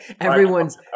Everyone's